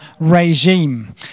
regime